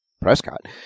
Prescott